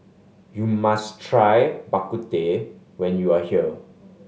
you must try Bak Kut Teh when you are here